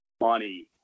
money